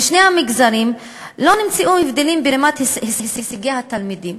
בשני המגזרים לא נמצאו הבדלים ברמת הישגי התלמידים